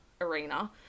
Arena